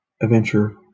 adventure